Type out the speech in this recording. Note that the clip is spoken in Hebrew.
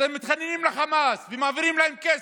אתם מתחננים לחמאס ומעבירים להם כסף,